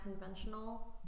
conventional